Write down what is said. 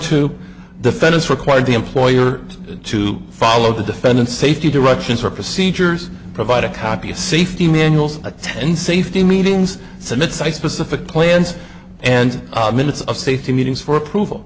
to the fenice require the employer to follow the defendant's safety directions or procedures provide a copy of safety manuals attend safety meetings summit site specific plans and minutes of safety meetings for approval